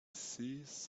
sees